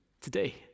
today